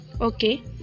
okay